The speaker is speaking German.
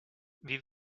wie